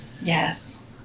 Yes